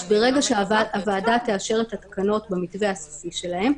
ברגע שהוועדה תאשר את התקנות במתווה הסופי שלהן.